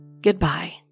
goodbye